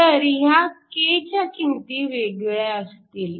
तर ह्या k च्या किंमती वेगवेगळ्या असतील